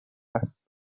است